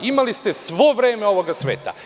Imali ste svo vreme ovoga sveta.